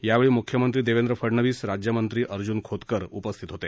यावेळी म्ख्यमंत्री देवेंद्र फडणवीस राज्यमंत्री अर्ज्न खोतकर उपस्थित होते